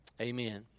Amen